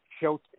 show